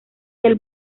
del